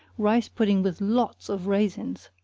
rice pudding with lots of raisins,